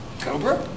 Cobra